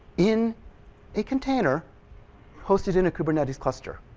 in a container hosted in a kubernetes cluster.